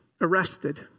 arrested